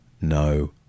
no